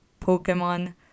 Pokemon